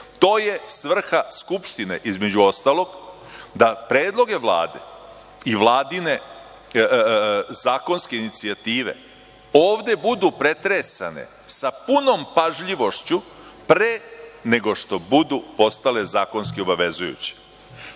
je svrha Skupštine između ostalog da predloge Vlade i Vladine zakonske inicijative ovde budu pretresane sa punom pažljivošću pre nego što budu postale zakonski obavezujuće.